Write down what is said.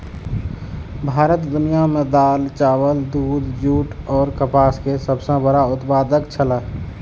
भारत दुनिया में दाल, चावल, दूध, जूट और कपास के सब सॉ बड़ा उत्पादक छला